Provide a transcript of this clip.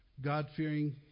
God-fearing